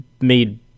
made